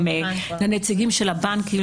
גם לנציגים של הבנקים,